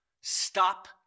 stop